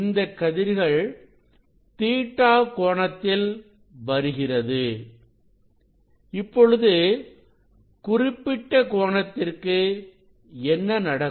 இந்த கதிர்கள் Ɵ கோணத்தில் வருகிறது இப்பொழுது குறிப்பிட்ட கோணத்திற்கு என்ன நடக்கும்